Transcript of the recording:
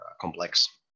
complex